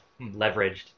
leveraged